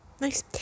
Nice